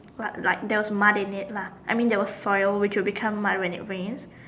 but like there was like mud in it lah I mean there was soil which would become mud when it rains